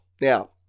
Now